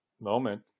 moment